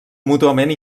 mútuament